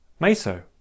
Meso